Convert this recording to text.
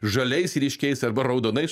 žaliais ryškiais arba raudonais